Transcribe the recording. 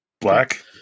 Black